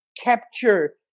capture